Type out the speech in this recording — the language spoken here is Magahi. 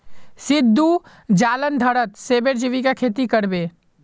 सिद्धू जालंधरत सेबेर जैविक खेती कर बे